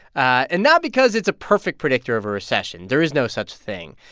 and not because it's a perfect predictor of a recession, there is no such thing,